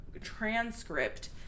transcript